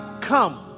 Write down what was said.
come